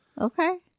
Okay